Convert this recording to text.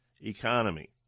economy